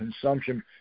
consumption